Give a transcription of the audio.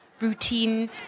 routine